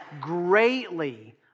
greatly